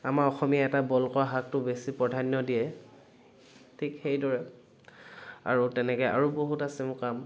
আমাৰ অসমীয়া এটা বইল কৰা শাকটো বেছি প্ৰাধান্য দিয়ে ঠিক সেইদৰে আৰু তেনেকে আৰু বহুত আছে মোৰ কাম